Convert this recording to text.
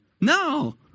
No